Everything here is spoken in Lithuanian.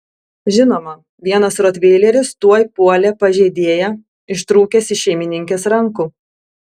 žinoma vienas rotveileris tuoj puolė pažeidėją ištrūkęs iš šeimininkės rankų